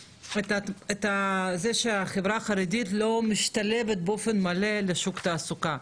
העובדה שהחברה החרדית לא משתלבת באופן מלא בשוק התעסוקה?